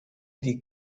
die